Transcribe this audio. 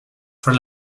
for